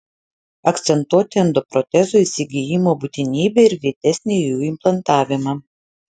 akcentuoti endoprotezų įsigijimo būtinybę ir greitesnį jų implantavimą